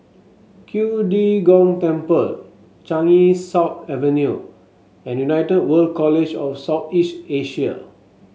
De Gong Temple Changi South Avenue and United World College of South East Asia